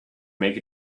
make